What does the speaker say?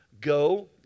go